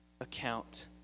account